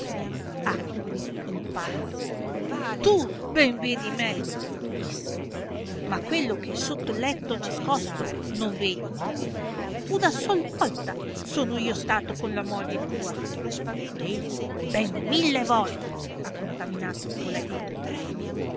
a cui il pazzo tu ben vedi me disse ma quello che è sotto il letto nascosto non vedi una sol volta son io stato con la moglie tua ma egli ben mille volte ha contaminato il tuo letto